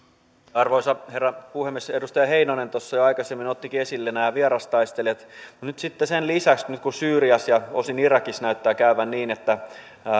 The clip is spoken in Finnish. arvoisa herra puhemies edustaja heinonen tuossa jo aikaisemmin ottikin esille nämä vierastaistelijat nyt sitten kun syyriassa ja osin irakissa näyttää käyvän niin että